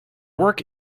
work